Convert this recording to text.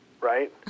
right